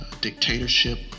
dictatorship